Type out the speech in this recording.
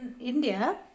India